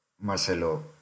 Marcelo